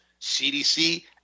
CDC